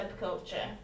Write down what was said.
subculture